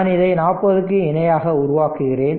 நான் இதை 40 க்கு இணையாக உருவாக்குகிறேன்